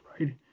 right